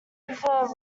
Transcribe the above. prefer